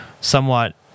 somewhat